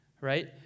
right